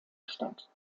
statt